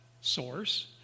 source